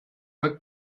wird